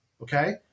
okay